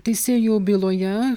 teisėjų byloje